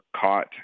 caught